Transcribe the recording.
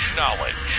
knowledge